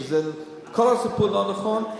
וכל הסיפור לא נכון,